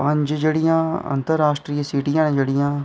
पंज जेह्डियां अंतराश्ट्रीय जेह्ड़ियां